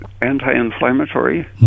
Anti-inflammatory